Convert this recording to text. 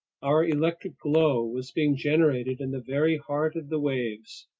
our electric glow was being generated in the very heart of the waves.